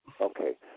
Okay